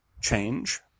change